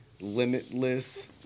limitless